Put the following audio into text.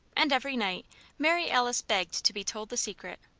and every night mary alice begged to be told the secret.